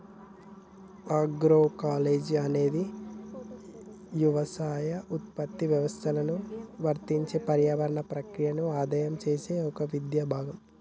agroecology అనేది యవసాయ ఉత్పత్తి వ్యవస్థలకు వర్తించే పర్యావరణ ప్రక్రియలను అధ్యయనం చేసే ఒక విద్యా భాగం